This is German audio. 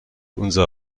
unser